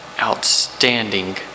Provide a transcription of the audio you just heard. outstanding